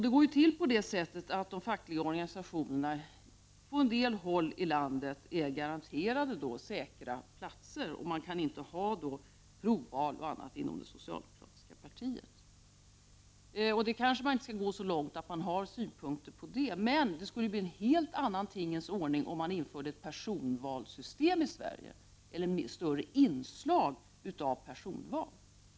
Det går till på det sättet att de fackliga organisationerna på en del håll i landet är garanterade säkra platser. Det betyder att man inom det socialdemokratiska partiet inte kan ha provval och liknande. Man kanske inte skall gå så långt att man har synpunkter på det. Men det skulle bli en helt annan tingens ordning om man införde ett personvalssystem i Sverige eller ett valsystem med större inslag av personval.